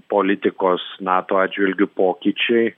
politikos nato atžvilgiu pokyčiai